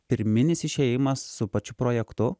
pirminis išėjimas su pačiu projektu